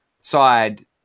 side